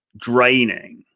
draining